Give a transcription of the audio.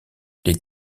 les